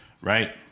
Right